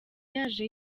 yaje